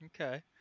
Okay